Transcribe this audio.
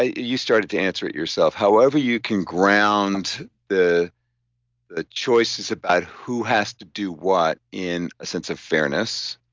ah you started to answer it yourself. however you can ground the ah choices about who has to do what in a sense of fairness